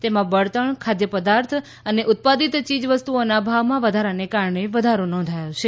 તેમાં બળતણ ખાદ્ય પદાર્થ અને ઉત્પાદિત ચીજવસ્તુઓના ભાવમાં વધારાને કારણે વધારો નોધાયો છે